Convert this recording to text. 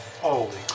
Holy